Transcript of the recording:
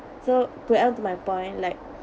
so to add on to my point like